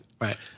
Right